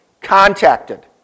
contacted